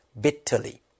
bitterly